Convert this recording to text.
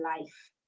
life